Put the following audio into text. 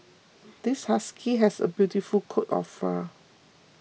this husky has a beautiful coat of fur